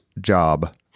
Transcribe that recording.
job